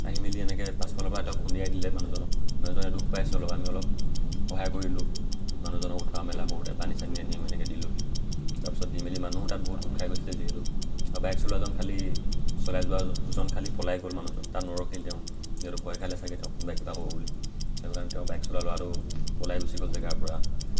আহি মেলি এনেকৈ পাছফালৰ পৰা এটা খুন্দিয়াই দিলে মানুহজনক মানুহজনে দুখ পাইছে আমি অলপ সহায় কৰিলোঁ মানুহজনক উঠোৱা মেলা কৰোঁতে পানী চানি আনি আমি এনেকৈ দিলোঁহি তাৰপিছত দি মেলি মানুহো তাত বহুত গোট খাই গৈছিলে যিহেতু আৰু বাইক চলোৱাজন খালী চলাই যোৱাজন খালী পলাই গ'ল মানুহজন তাত নৰখিল তেওঁ যিহেতু ভয় খালে চাগে তেওঁ কোনোবাই কিবা ক'ব বুলি সেইকাৰণে তেওঁ বাইক চলোৱা ল'ৰাটো পলাই গুচি গ'ল জেগাৰ পৰা